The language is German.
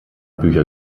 bücher